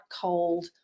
cold